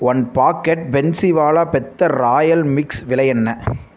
one packet பென்ஸிவாலா பெத்தர் royal mix விலை என்ன